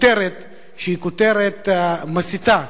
בכותרת שהיא כותרת מסיתה,